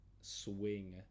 swing